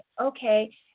okay